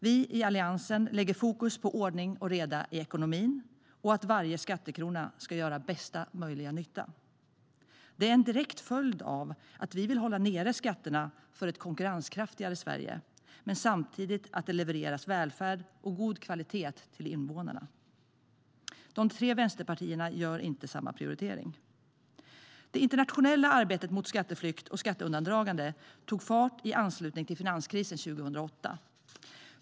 Vi i Alliansen lägger fokus på ordning och reda i ekonomin och att varje skattekrona ska göra bästa möjliga nytta. Det är en direkt följd av att vi vill hålla nere skatterna för ett konkurrenskraftigare Sverige men samtidigt vill att det levereras välfärd av god kvalitet till invånarna. De tre vänsterpartierna gör inte samma prioritering. Det internationella arbetet mot skatteflykt och skatteundandragande tog fart i anslutning till finanskrisen 2008.